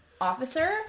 officer